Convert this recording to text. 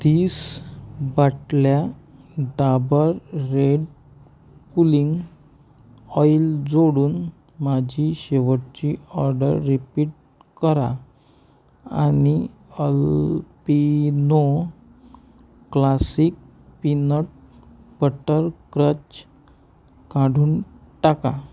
तीस बाटल्या Dabur red pulling oil जोडून माझी शेवटची ऑर्डर रिपीट करा आणि Alpino classic peanut butter crunch काढून टाका